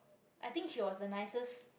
I think she was the nicest